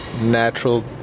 natural